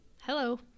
Hello